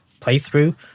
playthrough